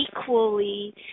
equally